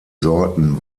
sorten